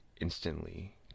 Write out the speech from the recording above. instantly